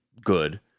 good